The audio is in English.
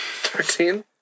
Thirteen